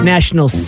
National